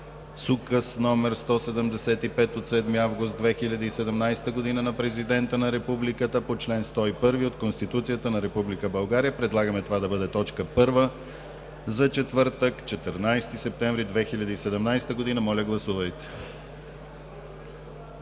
Указ № 175 от 7 август 2017 г. на президента на Републиката по чл. 101 от Конституцията на Република България. Предлагаме това да бъде точка първа за четвъртък, 14 септември 2017 г. Моля, гласувайте.